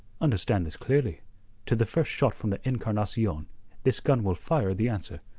understand this clearly to the first shot from the encarnacion this gun will fire the answer.